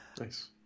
Nice